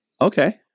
Okay